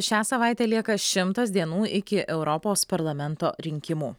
šią savaitę lieka šimtas dienų iki europos parlamento rinkimų